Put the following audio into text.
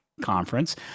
conference